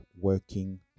working